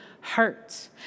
hurt